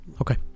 Okay